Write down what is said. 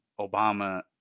Obama